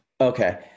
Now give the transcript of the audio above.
Okay